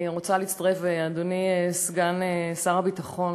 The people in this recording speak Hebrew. אני רוצה להצטרף, אדוני סגן שר הביטחון.